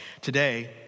today